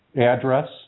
address